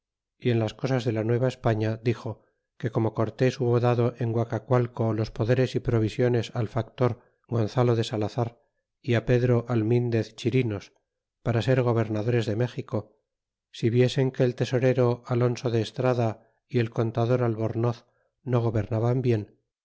y en las cosas de la nueva españa dixo que como cortés hubo dado en guacacualco los poderes y provisiones al factor gonzalo de salazar y pedro almindez chirinos para ser gobernadores de méxico si viesen que el tesorero alonzo de estrada y el contador albornoz no gobernaban bien